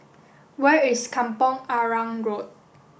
where is Kampong Arang Road